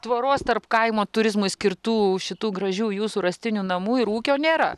tvoros tarp kaimo turizmui skirtų šitų gražių jūsų rąstinių namų ir ūkio nėra